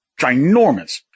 ginormous